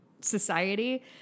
society